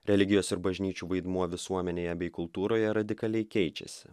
religijos ir bažnyčių vaidmuo visuomenėje bei kultūroje radikaliai keičiasi